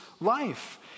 life